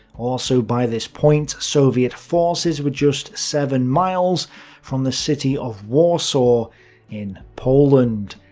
also by this point, soviet forces were just seven miles from the city of warsaw in poland,